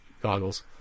goggles